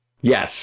Yes